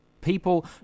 people